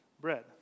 bread